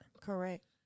Correct